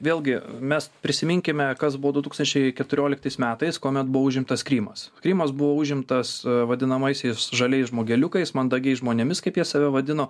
vėlgi mes prisiminkime kas buvo du tūkstančiai keturioliktais metais kuomet buvo užimtas krymas krymas buvo užimtas vadinamaisiais žaliais žmogeliukais mandagiais žmonėmis kaip jie save vadino